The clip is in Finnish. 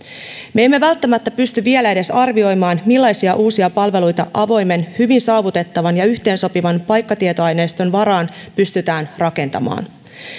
me emme välttämättä pysty vielä edes arvioimaan millaisia uusia palveluita avoimen hyvin saavutettavan ja yhteensopivan paikkatietoaineiston varaan pystytään rakentamaan